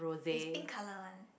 it's pink colour one